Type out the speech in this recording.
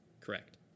Correct